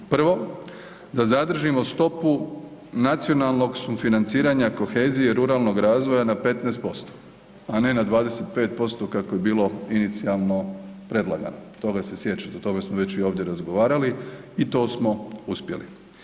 Prvo da zadržimo stopu nacionalnog sufinanciranja kohezije ruralnog razvoja na 15%, a ne na 25% kako je bilo inicijalno predlagano, toga se sjećate, o tome smo već i ovdje razgovarali i to smo uspjeli.